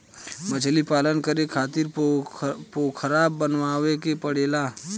मछलीपालन करे खातिर पोखरा बनावे के पड़ेला